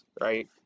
right